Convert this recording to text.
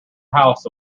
house